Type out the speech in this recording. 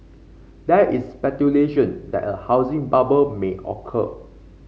there is speculation that a housing bubble may occur